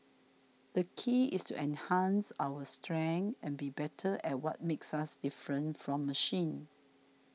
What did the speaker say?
the key is to enhance our strengths and be better at what makes us different from machines